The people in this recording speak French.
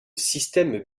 système